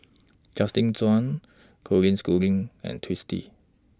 Justin Zhuang Colin Schooling and Twisstii